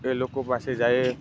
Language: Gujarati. એ લોકો પાસે જઈએ